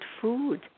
food